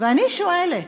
אני שואלת: